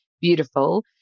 beautiful